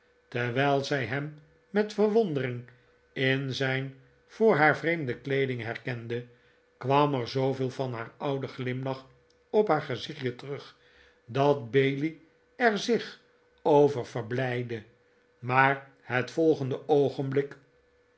terwijl zij hem met verwondering in zijn voor haar vreemde kleeding herkende r kwam er zooveel van haar ouden glimlach op haar gezichtje terug dat bailey er zk h over verblijdde maar het volgende oogenblik